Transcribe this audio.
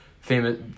famous